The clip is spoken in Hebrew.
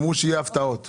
אמרו שיהיו הפתעות.